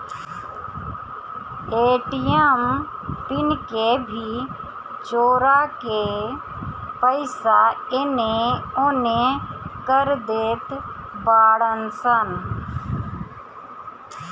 ATM PIN के भी चोरा के पईसा एनेओने कर देत बाड़ऽ सन